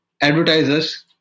advertisers